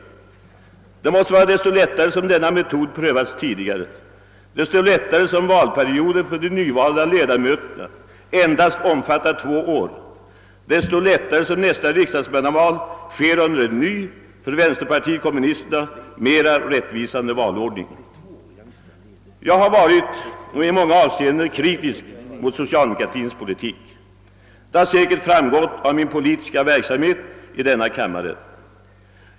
Detta måste vara så mycket lättare som denna metod prövats tidigare och då valperioden för de nyvalda ledamöterna endast omfattar två år. Det måste vara så mycket lättare också därför att nästa riksdagsmannaval äger rum med en ny och för vänsterpartiet kommunisterna rättvisare valordning. Jag har varit, och är, i många avseenden kritisk mot socialdemokratins politik, vilket säkert framgått av min politiska verksamhet i denna kammare.